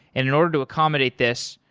and in order to accommodate this,